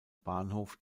bahnhof